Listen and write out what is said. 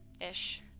ish